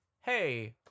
hey